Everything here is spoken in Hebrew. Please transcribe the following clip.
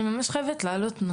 אני מתכבד לפתוח את ישיבת הוועדה.